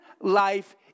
life